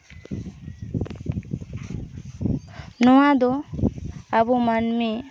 ᱱᱚᱣᱟ ᱫᱚ ᱟᱵᱚ ᱢᱟᱹᱱᱢᱤ